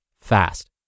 fast